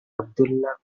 abdullah